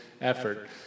effort